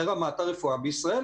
לרמת הרפואה בישראל,